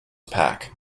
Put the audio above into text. pack